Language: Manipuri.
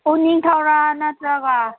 ꯎꯅꯤꯡꯊꯧꯔ ꯅꯠꯇ꯭ꯔꯒ